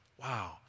Wow